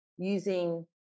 using